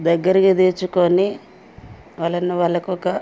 దగ్గరికి తెచ్చుకొని వాళ్ళను వాళ్ళకు ఒక